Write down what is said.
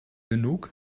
genug